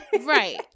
right